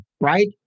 right